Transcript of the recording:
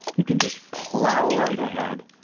you can just plow right ahead.